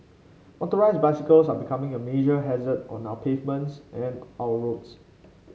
motorised bicycles are becoming a major hazard on our pavements and our roads